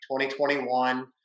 2021